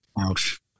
Ouch